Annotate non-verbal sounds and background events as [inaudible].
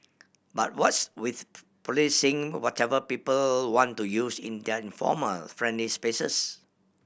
but what's with [unintelligible] policing whatever people want to use in their informal friendly spaces